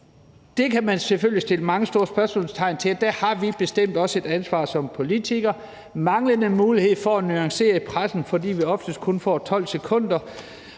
det kan man selvfølgelig stille mange spørgsmål omkring, og der har vi bestemt også et ansvar som politikere – og en manglende mulighed for at nuancere tingene i pressen, fordi vi oftest kun får 12 sekunder.